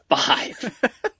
five